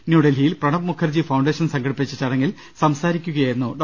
ന്യൂഡൽഹിയിൽ പ്രണബ് മുഖർജി ഫൌണ്ടേഷൻ സംഘട്ടിപ്പിച്ച ചടങ്ങിൽ സംസാരിക്കുകയായിരുന്നു ഡോ